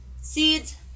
seeds